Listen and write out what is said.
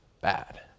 bad